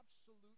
Absolute